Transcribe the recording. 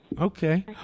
Okay